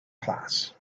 class